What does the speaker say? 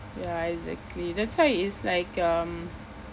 ya exactly that's why it's like um